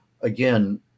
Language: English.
again